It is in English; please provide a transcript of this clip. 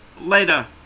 later